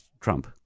Trump